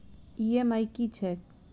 EMI की छैक?